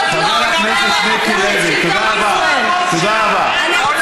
חבר הכנסת מיקי לוי, תודה רבה.